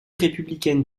républicaine